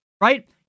right